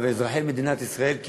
ואזרחי מדינת ישראל,